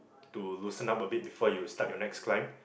to loosen up a bit before you start your next climb